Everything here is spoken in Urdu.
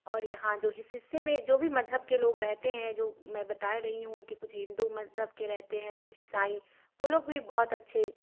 اور یہاں جو حصے میں جو بھی مذہب کے لوگ رہتے ہیں جو میں بتا رہی ہوں کہ کچھ ہندو مذہب کے رہتے ہیں کچھ عیسائی وہ لوگ بھی بہت اچھے